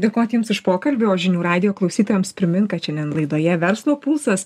dėkot jums už pokalbį o žinių radijo klausytojams primint kad šiandien laidoje verslo pulsas